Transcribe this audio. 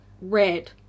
red